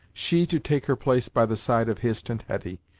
she to take her place by the side of hist and hetty,